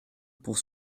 pour